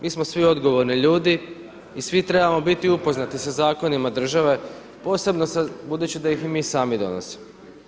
Mi smo svi odgovorni ljudi i svi trebamo biti upoznati sa zakonima države, posebno budući da ih i mi sami donosimo.